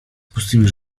pustymi